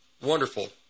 Wonderful